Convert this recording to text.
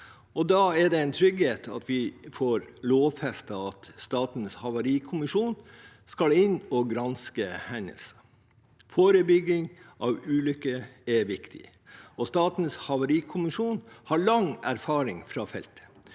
Da er det en trygghet at vi får lovfestet at Statens havarikommisjon skal inn og granske hendelser. Forebygging av ulykker er viktig, og Statens havarikommisjon har lang erfaring på feltet.